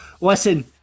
listen